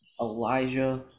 Elijah